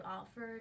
offered